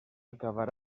acabar